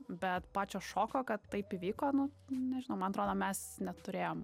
bet pačio šoko kad taip įvyko nu nežinau man atrodo mes neturėjom